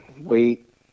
wait